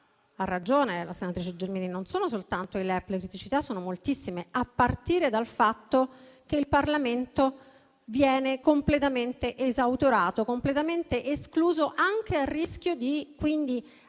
Ha ragione la senatrice Gelmini: non ci sono soltanto il LEP, ma le criticità sono moltissime, a partire dal fatto che il Parlamento viene completamente esautorato, completamente escluso, anche a rischio di fare